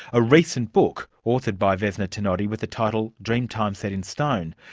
a recent book, authored by vesna tenodi with the title dreamtime set in stone.